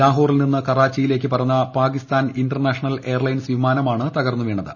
ലാഹോറിൽ നിന്നു കറായിച്ചിലേക്ക് പറന്ന പാകിസ്ഥാൻ ഇന്റർനാഷണൽ എയർലൈൻസ് വിമാനമാണ് തകർന്നുവീണത്